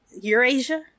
Eurasia